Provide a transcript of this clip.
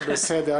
בסדר.